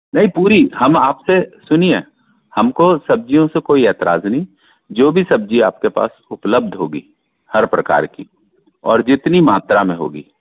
नहीं पूरी हम आपसे सुनिए हमको सब्जियों से कोई एतराज़ नहीं जो भी सब्जी आपके पास उपलब्ध होगी हर प्रकार की और जितनी मात्रा में होगी